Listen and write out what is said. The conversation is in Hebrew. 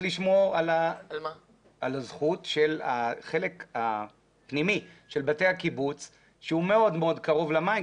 לשמור על הזכות של החלק הפנימי של בתי הקיבוץ הוא מאוד מאוד קרוב למים,